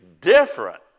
different